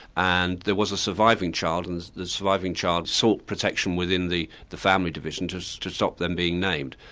and there was a surviving child and the surviving child sought protection within the the family division to so to stop them being named.